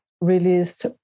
released